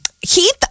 Heath